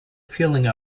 feeling